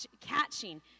catching